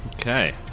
Okay